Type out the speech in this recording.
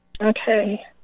Okay